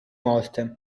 morte